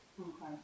Okay